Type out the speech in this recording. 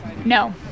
No